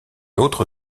autre